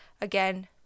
again